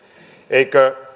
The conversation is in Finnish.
eikö